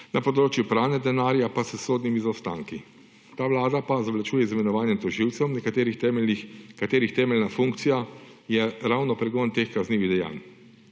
na področju pranja denarja pa s sodnimi zaostanki. Ta vlada pa zavlačuje z imenovanjem tožilcev katerih temeljna funkcija je ravno pregon teh kaznivih dejanj